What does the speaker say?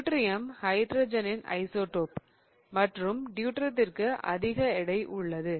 deuterium ஹைட்ரஜனின் isotope மற்றும் டியூட்டீரியத்திற்கு அதிக எடை உள்ளது